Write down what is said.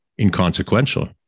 inconsequential